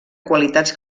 qualitats